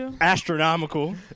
Astronomical